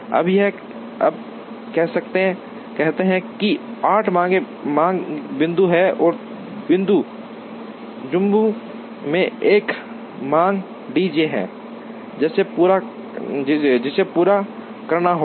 अब कहते हैं कि 8 मांग बिंदु हैं और बिंदु जम्मू में एक मांग डी जे है जिसे पूरा करना होगा